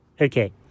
Okay